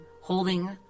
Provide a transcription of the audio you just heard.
holding